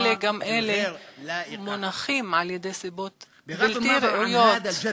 אלה גם אלה מונחים על-ידי סיבות בלתי ראויות.